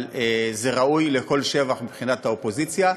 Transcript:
אבל זה ראוי לכל שבח מבחינת האופוזיציה.